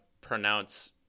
pronounce